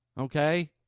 Okay